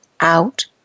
out